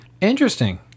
Interesting